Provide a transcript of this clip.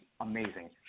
amazing